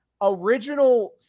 original